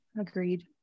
agreed